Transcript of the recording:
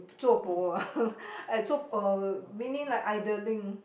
zuo po ah meaning like idling